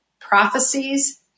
prophecies